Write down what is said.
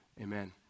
amen